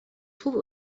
trouve